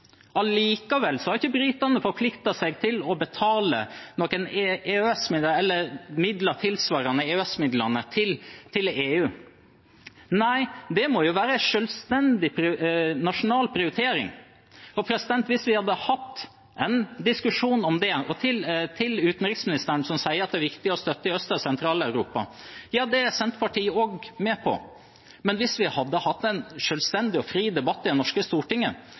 Allikevel har ikke britene forpliktet seg til å betale noen EØS-midler eller midler tilsvarende EØS-midlene til EU. Nei, det må være en selvstendig nasjonal prioritering. Til utenriksministeren, som sier at det er viktig å støtte i Øst- og Sentral-Europa: Ja, det er Senterpartiet også med på, men hvis vi hadde hatt en selvstendig og fri debatt i det norske storting, er jeg ganske sikker på at Stortinget